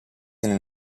delle